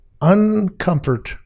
uncomfort